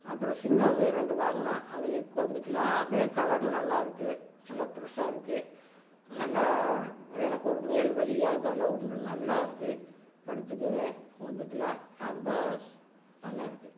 அப்புறம் சின்னது ரெண்டு வாங்கினோம் அதுலேயும் உட்காந்துக்கலாம் அது கலரு நல்லாருக்குது நல்லா பெருசாருக்குது நல்லா எனக்கு ஒரு மேல் வலியா இதால ஒன்றும் இல்லை நல்லாருக்குது படுத்துக்கிறேன் உட்காந்துக்குலாம் ரொம்ப நல்லாருக்குது